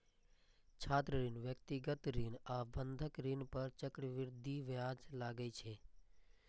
छात्र ऋण, व्यक्तिगत ऋण आ बंधक ऋण पर चक्रवृद्धि ब्याज लागै छै